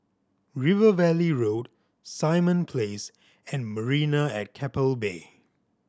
River Valley Road Simon Place and Marina at Keppel Bay